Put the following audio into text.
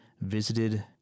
visited